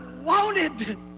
wanted